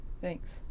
Thanks